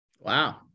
Wow